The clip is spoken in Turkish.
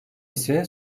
ise